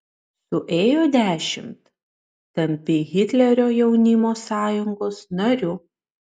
suėjo dešimt tampi hitlerio jaunimo sąjungos nariu